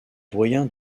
doyen